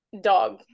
Dog